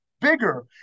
bigger